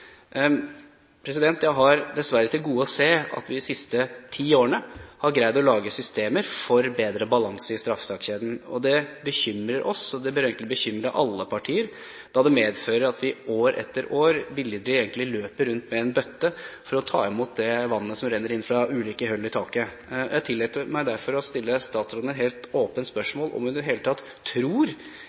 Jeg har dessverre til gode å se at vi de siste ti årene har greid å lage systemer for bedre balanse i straffesakskjeden. Det bekymrer Høyre, og det bør egentlig bekymre alle partier, da det medfører at vi år etter år billedlig løper rundt med en bøtte for å ta imot det vannet som renner inn fra ulike hull i taket. Jeg tillater meg derfor å stille statsråden et helt åpent spørsmål: Tror statsråden at det i det hele tatt